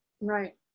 Right